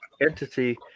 entity